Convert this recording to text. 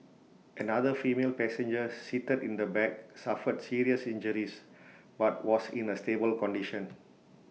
another female passenger seated in the back suffered serious injuries but was in A stable condition